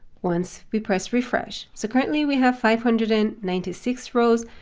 once we press refresh, so currently we have five hundred and ninety six rows.